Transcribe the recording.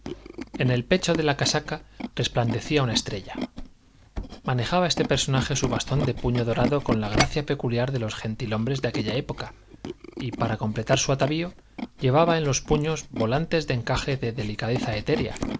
en el pecho de la casaca resplandecía una estrella manejaba este personaje su bastón de puño dorado con la gracia peculiar de los gentilhombres de aquella época y para completar su atavío llevaba en los puños volantes de encaje de delicadeza etérea